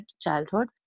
childhood